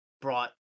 brought